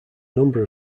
number